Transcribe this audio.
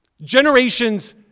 generations